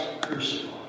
crucified